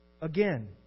again